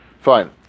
Fine